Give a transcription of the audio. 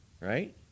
Right